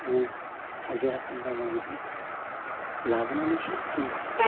हाजिरा खामला मावनानै लाबोनानैसो जों